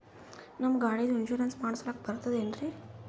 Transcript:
ನಮ್ಮ ಗಾಡಿದು ಇನ್ಸೂರೆನ್ಸ್ ಮಾಡಸ್ಲಾಕ ಬರ್ತದೇನ್ರಿ?